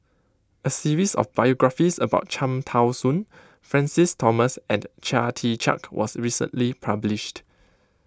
a series of biographies about Cham Tao Soon Francis Thomas and Chia Tee Chiak was recently published